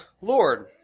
Lord